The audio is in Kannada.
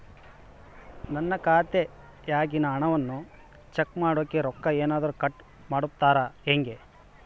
ನನ್ನ ಖಾತೆಯಾಗಿನ ಹಣವನ್ನು ಚೆಕ್ ಮಾಡೋಕೆ ರೊಕ್ಕ ಏನಾದರೂ ಕಟ್ ಮಾಡುತ್ತೇರಾ ಹೆಂಗೆ?